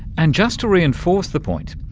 and just to reinforce the point,